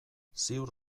ziur